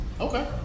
Okay